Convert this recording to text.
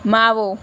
માવો